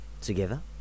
together